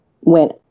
went